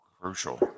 Crucial